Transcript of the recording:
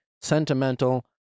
sentimental